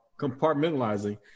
compartmentalizing